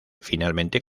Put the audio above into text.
finalmente